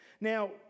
now